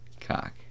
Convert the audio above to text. cock